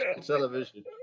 television